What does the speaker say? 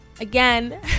Again